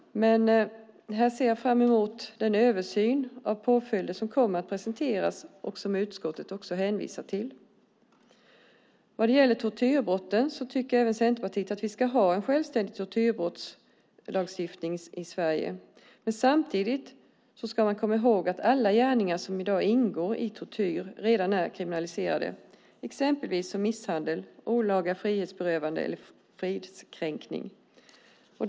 Här ser jag fram emot den översyn av påföljder som kommer att presenteras och som utskottet hänvisar till. När det gäller tortyrbrott tycker även Centerpartiet att vi ska ha en självständig tortyrbrottslagstiftning i Sverige, men man ska samtidigt komma ihåg att alla gärningar som i dag ingår i tortyr redan är kriminaliserade. Det gäller exempelvis misshandel, olaga frihetsberövande eller fridskränkning.